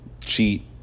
cheat